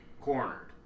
cornered